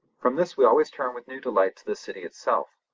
from this we always turned with new delight to the city itself,